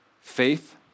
faith